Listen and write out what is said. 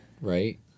right